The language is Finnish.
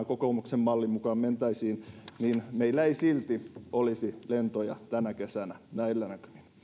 kokoomuksen mallin mukaan mentäisiin niin meillä ei silti olisi lentoja tänä kesänä näillä näkymin